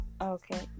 okay